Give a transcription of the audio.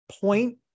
point